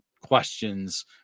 questions